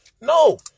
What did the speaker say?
No